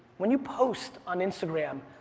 when you post on instagram,